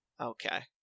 Okay